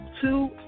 two